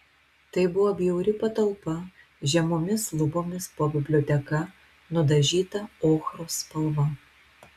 tai buvo bjauri patalpa žemomis lubomis po biblioteka nudažyta ochros spalva